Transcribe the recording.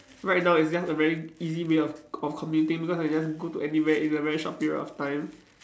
right now it's just a very easy way of of commuting because I just go to anywhere in a very short period of time